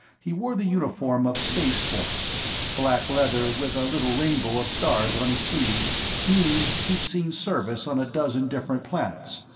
he wore the uniform of spaceforce black leather with a little rainbow of stars on his sleeve meaning he'd seen service on a dozen different planets,